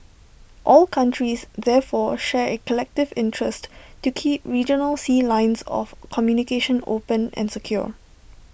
all countries therefore share A collective interest to keep regional sea lines of communication open and secure